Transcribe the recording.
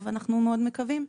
אנחנו מקווים שזה יהיה בקרוב.